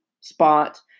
spot